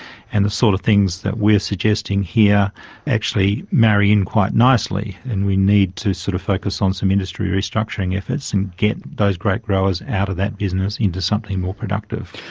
and the sort of things that we are suggesting here actually marry in quite nicely, and we need to sort of focus on some industry restructuring efforts and get those grape growers out of that business into something more productive.